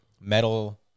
metal